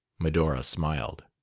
medora smiled.